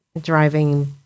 driving